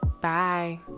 Bye